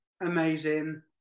amazing